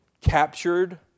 captured